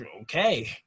okay